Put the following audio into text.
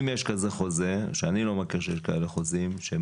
אם יש חוזה כזה אני לא מכיר שיש כאלה חוזים שהם